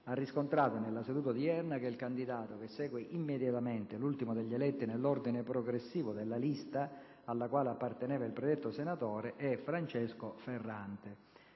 ha riscontrato, nella seduta odierna, che il candidato che segue immediatamente l'ultimo degli eletti nell'ordine progressivo della lista a cui apparteneva il predetto senatore è: per la Regione